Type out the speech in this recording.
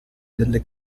delle